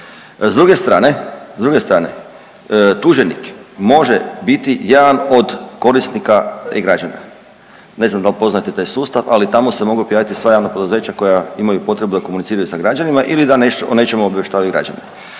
s druge strane tuženik može biti jedan od korisnika e-građanina, ne znam da li poznajete taj sustava ali tamo se mogu objaviti sva javna poduzeća koja imaju potrebu da komuniciraju sa građanima ili da o nečemu obavještavaju građane.